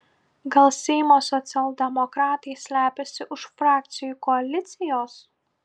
gal seimo socialdemokratai slepiasi už frakcijų koalicijos